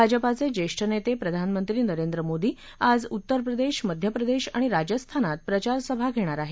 भाजपाचे ज्येष्ठ नेते प्रधानमंत्री नरेंद्र मोदी आज उत्तर प्रदेश मध्यप्रदेश आणि राजस्थानात प्रचारसभा घेणार आहेत